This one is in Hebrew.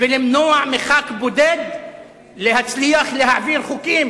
ולמנוע מחבר כנסת בודד להצליח להעביר חוקים.